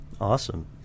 Awesome